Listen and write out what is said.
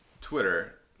Twitter